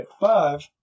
five